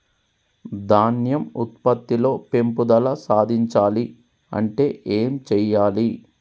ధాన్యం ఉత్పత్తి లో పెంపుదల సాధించాలి అంటే ఏం చెయ్యాలి?